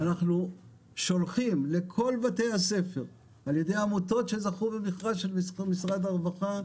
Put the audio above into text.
אנחנו שולחים לכל בתי הספר על ידי עמותות שזכו במכרז של משרד הרווחה,